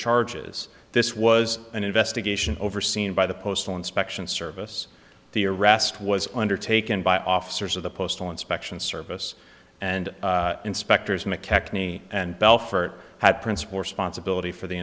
charges this was an investigation overseen by the postal inspection service the arrest was undertaken by officers of the postal inspection service and inspectors mckechnie and belfort had principal responsibility for the